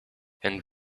and